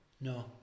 No